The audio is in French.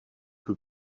peu